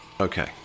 okay